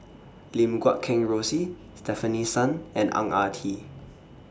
Lim Guat Kheng Rosie Stefanie Sun and Ang Ah Tee